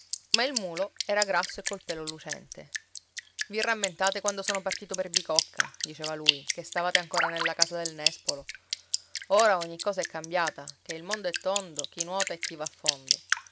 ma il mulo era grasso e col pelo lucente i rammentate quando sono partito per bicocca diceva lui che stavate ancora nella casa del nespolo ora ogni cosa è cambiata ché il mondo è tondo chi nuota e chi va a fondo